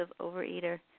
Overeater